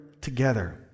together